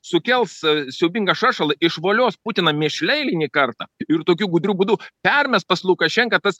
sukels siaubingą šaršalą išvolios putiną mėšle eilinį kartą ir tokiu gudriu būdu permes pas lukašenką tas